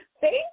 Thank